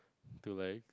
too like